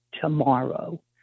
tomorrow